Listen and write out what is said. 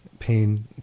pain